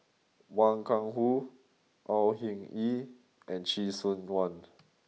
Wang Gungwu Au Hing Yee and Chee Soon Juan